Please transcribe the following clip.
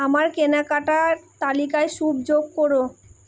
আমার কেনাকাটার তালিকায় স্যুপ যোগ করো